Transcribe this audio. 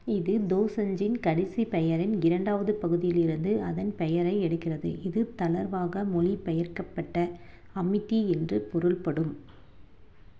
இது தோசன்ஜின் கடைசி பெயரின் இரண்டாவது பகுதியிலிருந்து அதன் பெயரை எடுக்கிறது இது தளர்வாக மொழிபெயர்க்கப்பட்ட அமிட்டி என்று பொருள்படும்